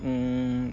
mm